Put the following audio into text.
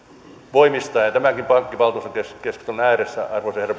voimistaa ja tämänkin pankkivaltuustokeskustelun ääressä arvoisa herra